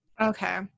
Okay